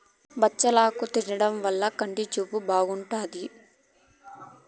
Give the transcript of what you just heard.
బచ్చలాకు తినడం వల్ల కంటి చూపు బాగుంటాది